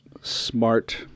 smart